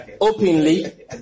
openly